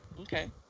okay